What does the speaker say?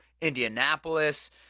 Indianapolis